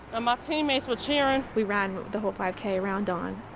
um ah teammates were cheering we ran the whole five k around dawn.